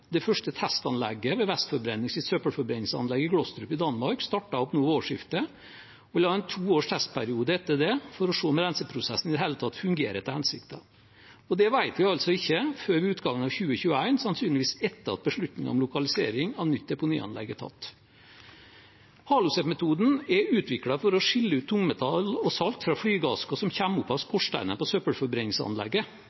Det første testanlegget ved Væstforbrændings søppelforbrenningsanlegg i Glostrup i Danmark startet opp nå ved årsskiftet, og vil ha en to års testperiode etter det for å se om renseprosessen i det hele tatt fungerer etter hensikten. Det vet vi altså ikke før ved utgangen av 2021, sannsynligvis etter at beslutningen om lokalisering av nytt deponianlegg er tatt. HaloSep-metoden er utviklet for å skille ut tungmetall og salt fra flygeasken som kommer opp av